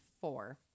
four